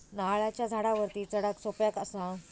नारळाच्या झाडावरती चडाक सोप्या कसा?